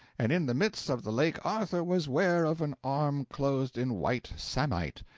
and in the midst of the lake arthur was ware of an arm clothed in white samite,